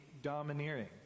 domineering